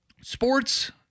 Sports